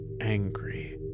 angry